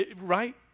Right